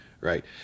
right